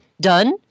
done